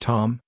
Tom